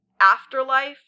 afterlife